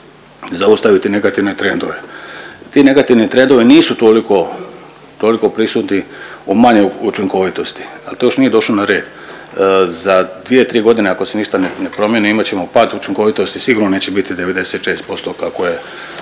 zaustaviti negativne trendove. Ti negativni trendovi nisu toliko prisutni u manjoj učinkovitosti, ali to još nije došlo na red. Za dvije, tri godine ako se ništa ne promijeni imat ćemo pad učinkovitosti, sigurno neće biti 96% kako je